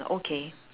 okay